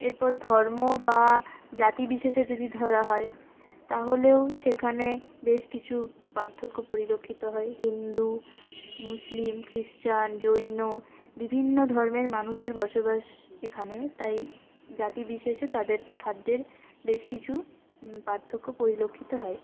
এরপর ধর্ম বা জাতি বিশেষে যদি ধরা হয় তাহলেও সেখানে বেশ কিছু পার্থক্য পরিলক্ষিত হয় হিন্দু মুসলিম খ্রীস্টান জৈন বিভিন্ন ধর্মের মানুষের বসবাস এখানে তাই জাতি বিশেষে তাদের খাদ্যের বেশ কিছু পার্থক্য পরিলক্ষিত হয়